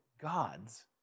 gods